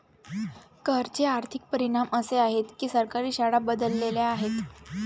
कर चे आर्थिक परिणाम असे आहेत की सरकारी शाळा बदलल्या आहेत